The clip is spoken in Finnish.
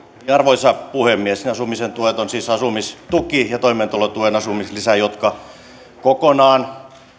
arvoisa puhemies ne asumisen tuet ovat siis asumistuki ja toimeentulotuen asumislisä jotka kokonaan